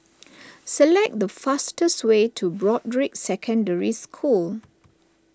select the fastest way to Broadrick Secondary School